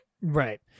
Right